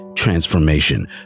transformation